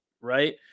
right